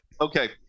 okay